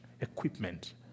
equipment